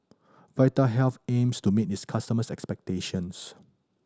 vitahealth aims to meet its customers' expectations